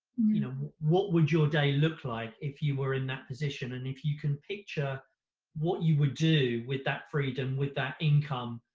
you know, what would your day look like if you were in that position? and if you can picture what you would do with that freedom, with that income,